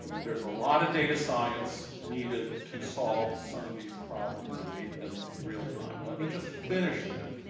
there's a lot of data science needed to solve some of these problems and make them realtime. let me just finish, then,